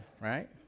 Right